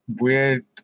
weird